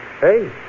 Hey